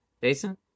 Jason